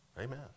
Amen